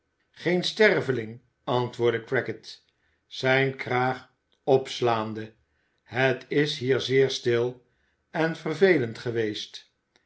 geen sterveling antwoordde crackit zijn kraag opslaande het is hier zeer stil en vervelend geweest